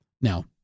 Now